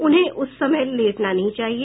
उन्हें उस समय लेटना नहीं चाहिए